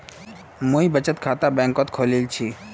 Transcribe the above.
मुई बचत खाता बैंक़त खोलील छि